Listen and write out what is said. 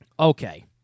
Okay